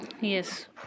Yes